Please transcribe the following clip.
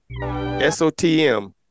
sotm